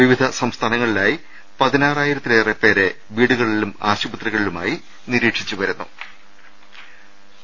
പിവിധ സംസ്ഥാനങ്ങളിലായി പതിനാറായിരത്തിലേറെ പേരെ വീടുകളിലും ആശുപത്രികളിലുമായി നിരീക്ഷിച്ചു വരുന്നുണ്ട്